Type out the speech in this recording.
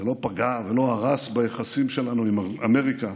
זה לא פגע ביחסים שלנו עם אמריקה